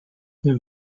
the